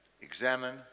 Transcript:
examine